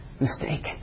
mistake